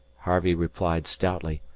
harvey replied stoutly.